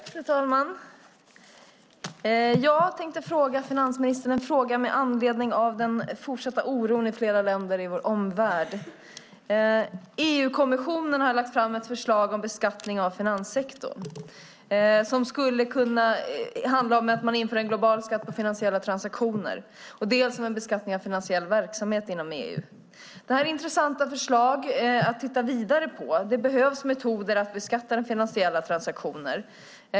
Fru talman! Jag tänkte ställa en fråga till finansministern med anledning av den fortsatta oron i flera länder i vår omvärld. EU-kommissionen har lagt fram ett förslag om beskattning av finanssektorn som handlar om att införa dels en global skatt på finansiella transaktioner, dels en beskattning av finansiell verksamhet inom EU. Det är intressanta förslag att titta vidare på. Det behövs metoder för att beskatta finansiella transaktioner.